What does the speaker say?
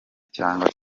cyangwa